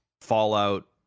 fallout